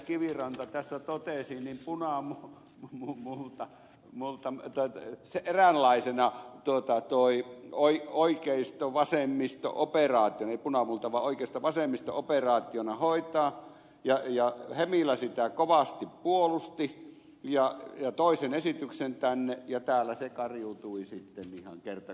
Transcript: kiviranta tässä totesi punamulta tai eräänlaisena oikeistovasemmisto operaationa ei punamulta vaan oikeistovasemmisto operaationa hoitaa ja hemilä sitä kovasti puolusti ja toi sen esityksen tänne ja täällä se kariutui sitten ihan kerta kaikkiaan